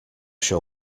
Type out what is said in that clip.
sure